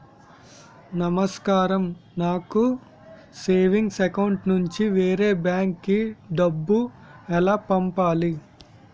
నమస్కారం నాకు savings account నుంచి వేరే బ్యాంక్ కి డబ్బు ఎలా పంపాలి?